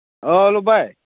ꯑꯥ hello ꯚꯥꯏ